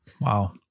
wow